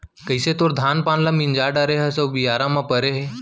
कइसे तोर धान पान ल मिंजा डारे हस अउ बियारा म परे हे